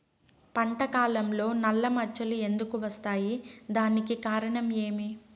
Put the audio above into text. పంట కాలంలో నల్ల మచ్చలు ఎందుకు వస్తాయి? దానికి కారణం ఏమి?